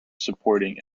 supporting